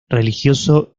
religioso